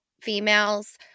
females